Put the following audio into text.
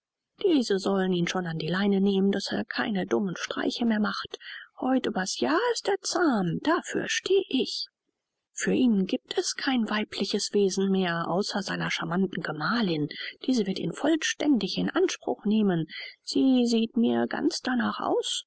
diese sollen ihn schon an die leine nehmen daß er keine dumme streiche mehr macht heut über's jahr ist er zahm dafür steh ich für ihn giebt es kein weibliches wesen mehr außer seiner charmanten gemahlin diese wird ihn vollständig in anspruch nehmen sie sieht mir ganz danach aus